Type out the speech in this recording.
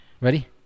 Ready